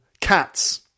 cats